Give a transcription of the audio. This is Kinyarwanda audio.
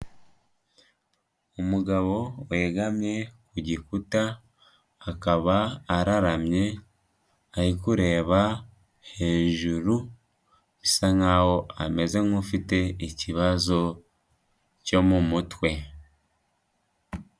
Umugabo wegamye ku gikuta, akaba araramye ari kureba hejuru bisa nk'aho ameze nkufite ikibazo cyo mu mutwe.